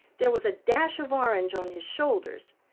there was a dash of orange on his shoulders,